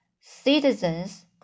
citizens